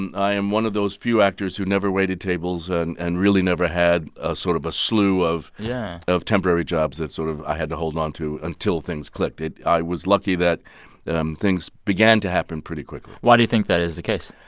and i am one of those few actors who never waited tables and and really never had a sort of a slew of. yeah. temporary jobs that sort of i had to hold on to until things clicked. it i was lucky that um things began to happen pretty quickly why do you think that is the case?